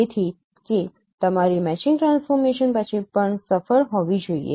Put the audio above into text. તેથી કે તમારી મેચિંગ ટ્રાન્સફોર્મેશન પછી પણ સફળ હોવી જોઈએ